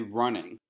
running